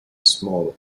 small